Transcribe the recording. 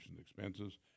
expenses